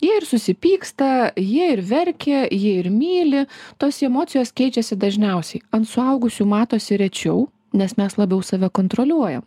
jie ir susipyksta jie ir verkia jie ir myli tos jų emocijos keičiasi dažniausiai ant suaugusių matosi rečiau nes mes labiau save kontroliuojam